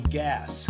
gas